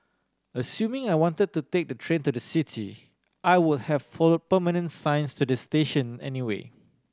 assuming I wanted to take the train to the city I would have follow permanent signs to the station anyway